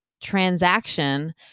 transaction